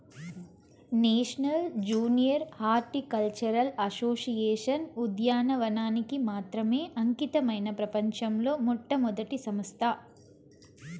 national junior horticultural association ఉద్యానవనానికి మాత్రమే అంకితమైన ప్రపంచంలో మొట్టమొదటి సంస్థ